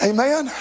Amen